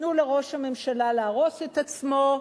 תנו לראש הממשלה להרוס את עצמו,